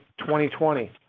2020